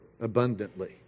abundantly